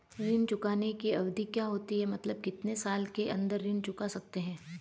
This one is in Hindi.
ऋण चुकाने की अवधि क्या होती है मतलब कितने साल के अंदर ऋण चुका सकते हैं?